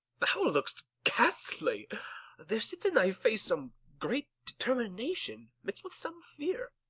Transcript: thou look'st ghastly there sits in thy face some great determination mix'd with some fear.